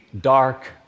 dark